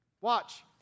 Watch